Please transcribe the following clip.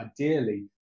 Ideally